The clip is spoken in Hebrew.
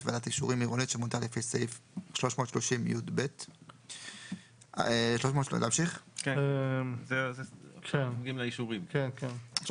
ועדת אישורים עירונית שמונתה לפי סעיף 330יב. ועדת אישורים ארצית